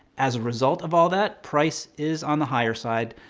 as a result of all that, price is on the higher side.